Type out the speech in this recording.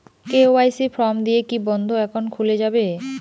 KYC form দিয়ে কি বন্ধ একাউন্ট খুলে যাবে?